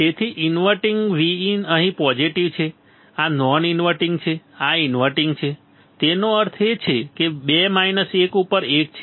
તેથી inverting Vin અહીં positive છે આ નોન ઇન્વર્ટીંગ છે આ ઇન્વર્ટીંગ છે તેનો અર્થ છે કે 2 1 ઉપર 1 છે